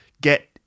get